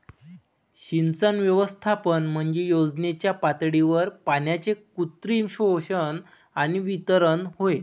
सिंचन व्यवस्थापन म्हणजे योजनेच्या पातळीवर पाण्याचे कृत्रिम शोषण आणि वितरण होय